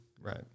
Right